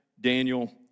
Daniel